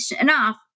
enough